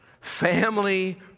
family